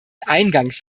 eingangs